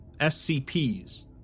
SCPs